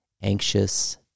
Anxious